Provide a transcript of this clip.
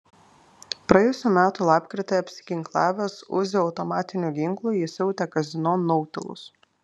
praėjusių metų lapkritį apsiginklavęs uzi automatiniu ginklu jis siautė kazino nautilus